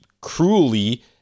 cruelly